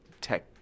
tech